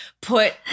put